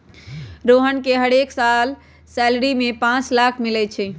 रोहन के हरेक साल सैलरी में पाच लाख मिलई छई